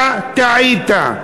אתה טעית.